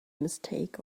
mistake